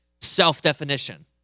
self-definition